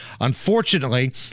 unfortunately